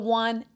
one